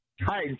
Hi